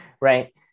right